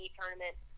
tournament